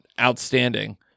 outstanding